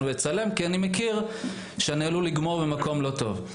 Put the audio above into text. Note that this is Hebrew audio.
ולצלם כי אני מכיר שאני עלול לגמור במקום לא טוב.